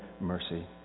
mercy